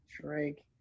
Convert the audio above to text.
Drake